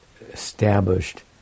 established